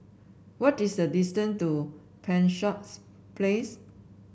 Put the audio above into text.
what is the distance to Penshurst Place